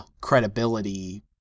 credibility